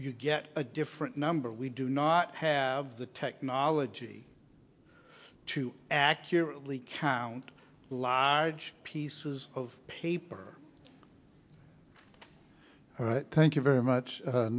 you get a different number we do not have the technology to accurately count the large pieces of paper all right thank you very much